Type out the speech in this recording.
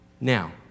Now